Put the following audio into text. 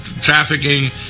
trafficking